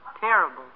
Terrible